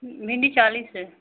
भिन्डी चालीस है